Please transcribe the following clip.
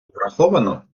враховано